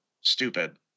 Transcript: stupid